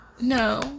No